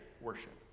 worship